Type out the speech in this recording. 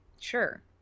sure